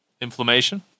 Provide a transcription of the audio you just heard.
inflammation